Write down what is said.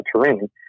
Terrain